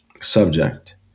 subject